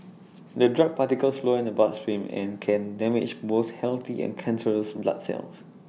the drug particles flow in the bloodstream and can damage both healthy and cancerous black cells